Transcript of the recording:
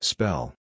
Spell